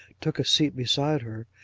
took a seat beside her,